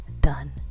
done